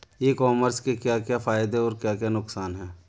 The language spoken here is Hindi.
ई कॉमर्स के क्या क्या फायदे और क्या क्या नुकसान है?